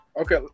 okay